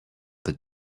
that